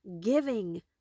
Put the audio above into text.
giving